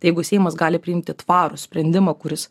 tai jeigu seimas gali priimti tvarų sprendimą kuris